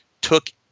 took